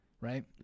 right